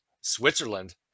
switzerland